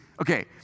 Okay